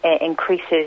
increases